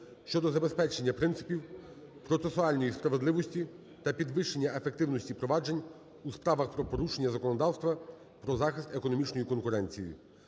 щодо забезпечення принципів процесуальної справедливості та підвищення ефективності проваджень у справах про порушення законодавства про захист економічної конкуренції